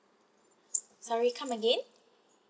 sorry come again